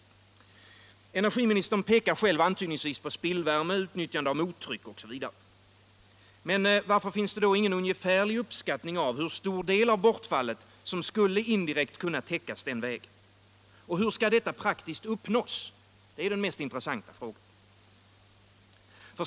Energiministern pekar själv antydningsvis på spillvärme. utnyttjande av mottryck osv. Mcen varför finns det ingen ungcefärlig uppskattning av hur stor del av bortfallet som indirekt skulle kunna täckas den vägen? Och hur skall detta praktiskt uppnås? Det är den mest intressanta frågan.